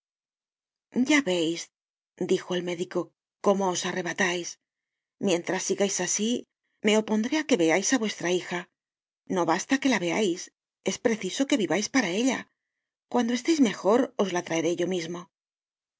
ya veis dijo el médico cómo os arrebatais mientras sigais asi me opondré á que veais á vuestra hija no basta que la veais es preciso que vivais para ella cuando esteis mejor os la traeré yo mismo la